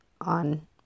on